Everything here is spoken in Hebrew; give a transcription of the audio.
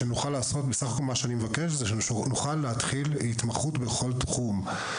ושבסך הכול מה שאני מבקש זה שנוכל להתחיל התמחות בכל תחום.